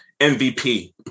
MVP